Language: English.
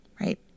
right